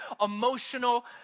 emotional